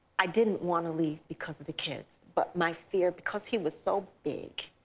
i didn't wanna leave because of the kids. but my fear, because he was so big,